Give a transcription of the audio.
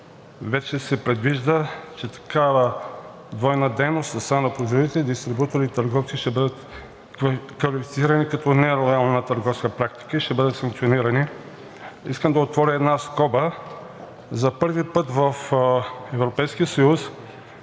вече се предвижда такава двойна дейност на лица, дистрибутори и търговци ще бъде квалифицирана като нелоялна търговска практика и ще бъдат санкционирани. Искам да отворя една скоба. За първи път в Европейския съюз